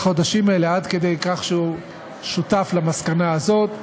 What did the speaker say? החודשים האלה עד כדי כך שהוא שותף למסקנה הזאת,